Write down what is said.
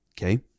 okay